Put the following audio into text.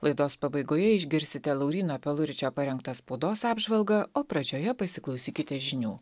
laidos pabaigoje išgirsite lauryno peluričio parengtą spaudos apžvalgą o pradžioje pasiklausykite žinių